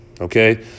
okay